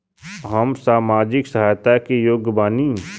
हम सामाजिक सहायता के योग्य बानी?